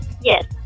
Yes